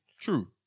True